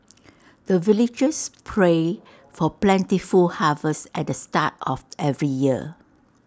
the villagers pray for plentiful harvest at the start of every year